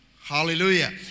Hallelujah